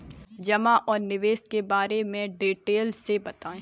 जमा और निवेश के बारे में डिटेल से बताएँ?